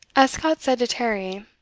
as scott said to terry,